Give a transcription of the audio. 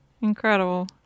Incredible